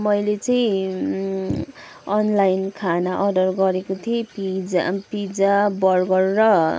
मैले चाहिँ अनलाइन खाना अर्डर गरेको थिएँ पिइ पिज्जा बर्गर र